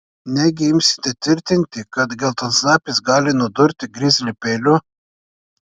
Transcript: negi imsite tvirtinti kad geltonsnapis gali nudurti grizlį peiliu